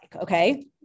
Okay